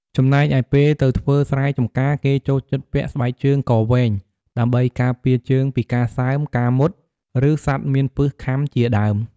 ចំណែកឯពេលទៅធ្វើស្រែចំការគេចូលចិត្តពាក់ស្បែកជើងកវែងដើម្បី ការពារជើងពីការសើម ការមុត ឬ សត្វមានពិសខាំជាដើម។